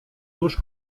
tuż